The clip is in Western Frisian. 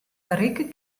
berikke